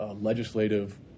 legislative